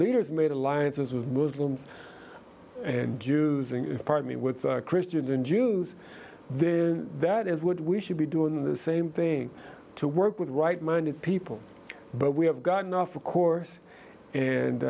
leaders made alliances with muslims and jews in a part of me with christians and jews then that is what we should be doing the same thing to work with right minded people but we have gotten off the course and